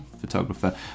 photographer